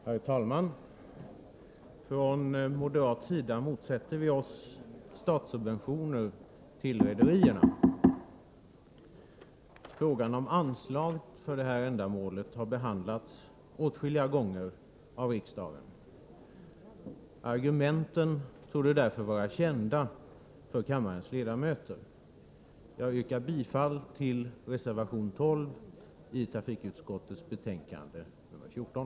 Herr talman! Från moderat sida motsätter vi oss statssubventioner till rederierna. Frågan om anslag för detta ändamål har behandlats åtskilliga gånger av riksdagen. Argumenten torde därför vara kända för kammarens ledamöter. : Jag yrkar bifall till reservation 12 i trafikutskottets betänkande nr 14.